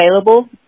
available